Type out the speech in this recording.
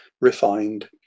refined